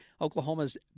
Oklahoma's